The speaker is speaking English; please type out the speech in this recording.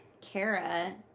Kara